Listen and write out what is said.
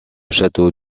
château